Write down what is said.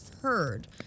heard